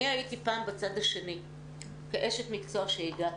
אני הייתי פעם בצד השני כשהייתי אשת מקצוע.